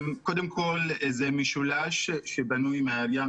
זה משולש שבנוי מן העירייה,